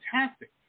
fantastic